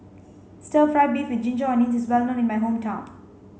stir fry beef with ginger onions is well known in my hometown